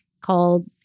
called